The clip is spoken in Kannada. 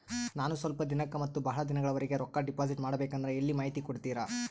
ನಾನು ಸ್ವಲ್ಪ ದಿನಕ್ಕ ಮತ್ತ ಬಹಳ ದಿನಗಳವರೆಗೆ ರೊಕ್ಕ ಡಿಪಾಸಿಟ್ ಮಾಡಬೇಕಂದ್ರ ಎಲ್ಲಿ ಮಾಹಿತಿ ಕೊಡ್ತೇರಾ?